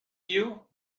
you